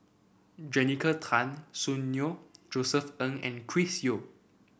Jessica Tan Soon Neo Josef Ng and Chris Yeo